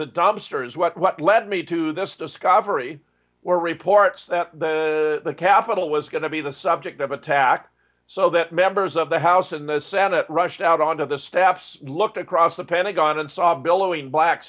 of dumpsters what led me to this discovery were reports that the capitol was going to be the subject of attack so that members of the house in the senate rushed out on to the staffs looked across the pentagon and saw billowing black